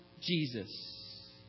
Jesus